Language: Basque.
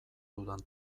dudan